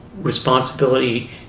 responsibility